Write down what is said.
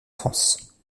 france